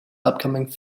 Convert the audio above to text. upcoming